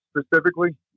specifically